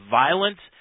violence